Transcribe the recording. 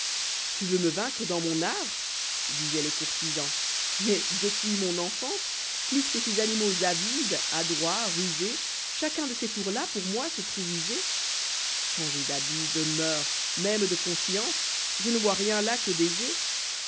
tu veux me vaincre dans mon art disoit le courtisan mais depuis mon enfance plus que ces animaux avide adroit rusé chacun de ces tours-là pour moi se trouve usé changer d'habit de moeurs même de conscience je ne vois rien là que d'aisé